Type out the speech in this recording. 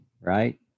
right